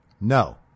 No